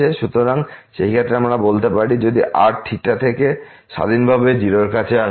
সুতরাং সেই ক্ষেত্রে আমরা বলতে পারি যদি r থিটা থেকে স্বাধীনভাবে 0 এর কাছে আসে